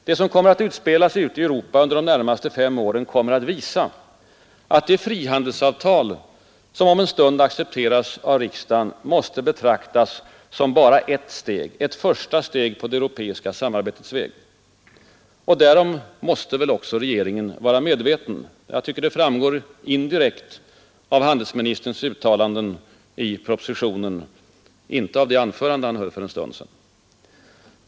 Det som kommer att utspelas ute i Europa under de närmaste fem åren kommer att visa, att det frihandelsavtal, som om en stund accepteras av riksdagen, måste betraktas som blott ett första steg på det europeiska samarbetets väg. Därom måste också regeringen vara medveten. Jag tycker det framgår indirekt av handelsministerns uttalanden i propositionen — inte av det anförande han höll för en stund sedan.